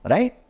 Right